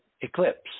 eclipse